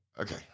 Okay